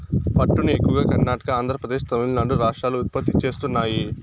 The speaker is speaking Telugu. పట్టును ఎక్కువగా కర్ణాటక, ఆంద్రప్రదేశ్, తమిళనాడు రాష్ట్రాలు ఉత్పత్తి చేస్తున్నాయి